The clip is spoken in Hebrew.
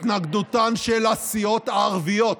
התנגדותן של הסיעות הערביות